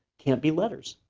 can't be letters.